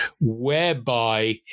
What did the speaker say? whereby –